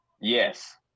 yes